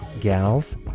Gals